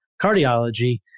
cardiology